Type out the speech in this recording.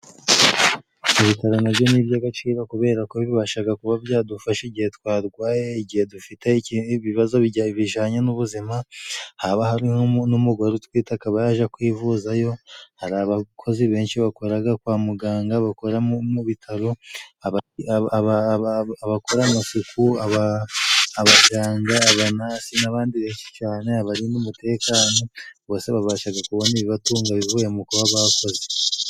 Ibitaro na byo ni iby'agaciro kubera ko bibashaga kuba byadufasha igihe twarwaye, igihe dufite ibibazo bijanye n'ubuzima, haba hari n'umugore utwite akaba yaja kwivuzayo. Hari abakozi benshi bakoraga kwa muganga, bakora mu bitaro, abakora amasuku, abaganga, abanasi n'abandi benshi cyane, abarinda umutekano, bose babashaga kubona ibibatunga bivuye mu kuba bakoze.